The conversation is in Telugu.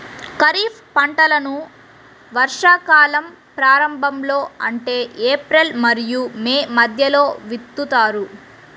ఖరీఫ్ పంటలను వర్షాకాలం ప్రారంభంలో అంటే ఏప్రిల్ మరియు మే మధ్యలో విత్తుతారు